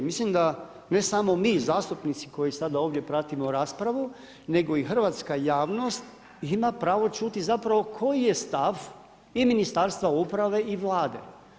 Mislim da ne samo mi zastupnici koji sada ovdje pratimo raspravu nego i hrvatska javnost ima pravo čuti koji je stav i Ministarstva uprave i Vlade.